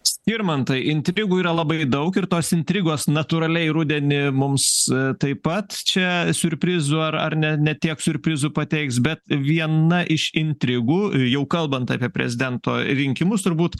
skirmantai intrigų yra labai daug ir tos intrigos natūraliai rudenį mums taip pat čia siurprizų ar ar ne ne tiek siurprizų pateiks bet viena iš intrigų jau kalbant apie prezidento rinkimus turbūt